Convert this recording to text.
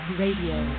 radio